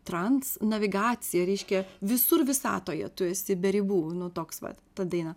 trans navigaciją reiškia visur visatoje tu esi be ribų nu toks vat ta daina